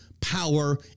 power